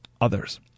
others